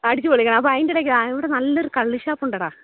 അടിച്ചു പൊളിക്കണം അപ്പം ആതിൻ്റെ ഇടയ്ക്കാണ് ഇവിടെ നല്ലൊരു കള്ളുഷാപ്പുണ്ടെടാ